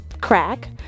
Crack